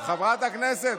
בתקנון הכנסת?